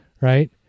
right